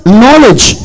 knowledge